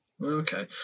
Okay